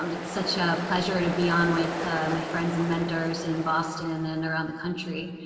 um it's such a pleasure to be on with my friends and mentors in boston and around the country.